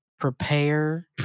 Prepare